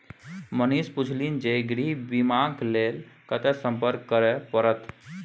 मनीष पुछलनि जे गृह बीमाक लेल कतय संपर्क करय परत?